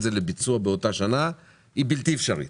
זה לביצוע באותה שנה היא בלתי אפשרית.